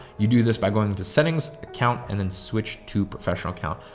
you do this by going to settings account and then switched to professional account.